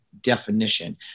definition